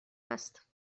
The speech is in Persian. است